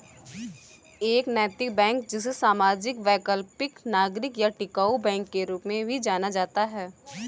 एक नैतिक बैंक जिसे सामाजिक वैकल्पिक नागरिक या टिकाऊ बैंक के रूप में भी जाना जाता है